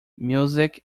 music